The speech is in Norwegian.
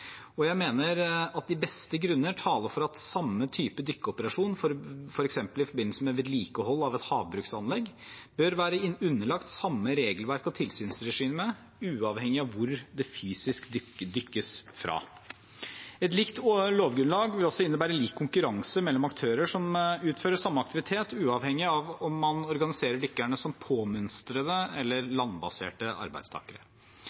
Jeg mener at de beste grunner taler for at samme type dykkeoperasjon, f.eks. i forbindelse med vedlikehold av et havbruksanlegg, bør være underlagt samme regelverk og tilsynsregime, uavhengig av hvor det fysisk dykkes fra. Et likt lovgrunnlag vil også innebære lik konkurranse mellom aktører som utfører samme aktivitet, uavhengig av om man organiserer dykkerne som påmønstrede